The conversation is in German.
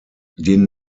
den